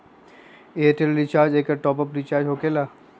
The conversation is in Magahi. ऐयरटेल रिचार्ज एकर टॉप ऑफ़ रिचार्ज होकेला?